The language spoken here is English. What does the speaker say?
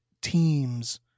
teams